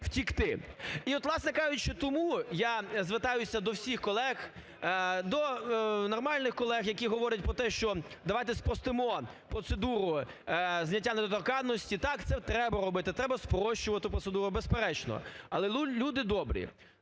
І от, власне кажучи, тому я звертаюся до всіх колег, до нормальних колег, які говорять про те, що давайте спростимо процедуру зняття недоторканності. Так, це треба робити, треба спрощувати процедуру, безперечно. Але, люди добрі,